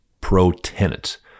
pro-tenant